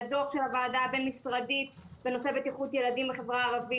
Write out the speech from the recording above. הדוח של הוועדה הבין-משרדית בנושא בטיחות ילדים בחברה הערבית,